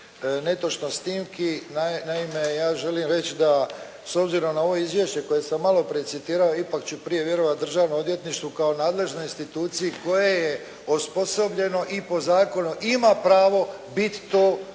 netočnost snimki. Naime, ja želim reći da s obzirom na ovo izvješće koje sam malo prije citirao, ipak ću prije vjerovati Državnom odvjetništvu kao nadležnoj instituciji koje je osposobljeno i po zakonu ima pravo biti to koje